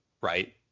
Right